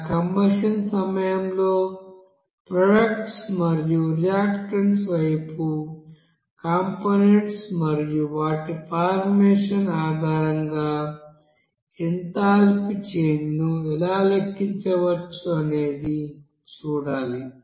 ఆ కంబషణ్ సమయంలో ప్రోడక్ట్ మరియు రియాక్టన్స్ వైపు కంపోనెంట్స్ మరియు వాటి ఫార్మేషన్ ఆధారంగా ఎంథాల్పీ చేంజ్ ను ఎలా లెక్కించవచ్చు అనేది చూడాలి